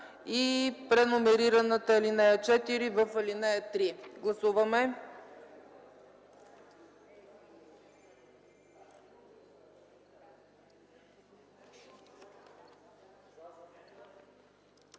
и преномерираната ал. 4 в ал. 3. Гласуваме.